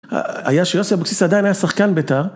היה שיוסי אבוקסיס עדיין היה שחקן ביתר.